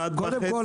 קודם כול,